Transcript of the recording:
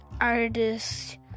artist